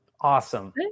Awesome